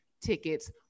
tickets